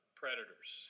predators